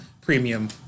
premium